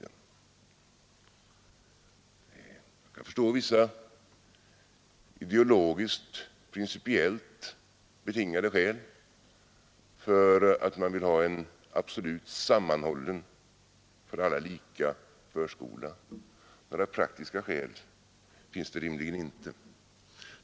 Jag kan förstå vissa ideologiskt principiellt betingade skäl för att man vill ha en absolut sammanhållen och för alla lika förskola. Några praktiska skäl finns det rimligen inte.